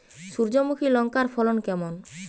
সূর্যমুখী লঙ্কার ফলন কেমন?